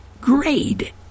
grade